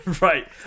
Right